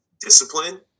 Discipline